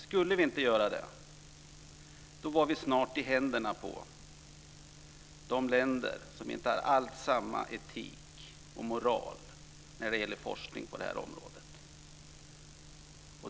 Skulle vi inte göra det var vi snart i händerna på de länder som inte alls har samma etik och moral för forskningen på området.